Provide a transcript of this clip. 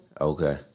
Okay